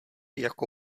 jako